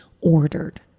ordered